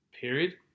period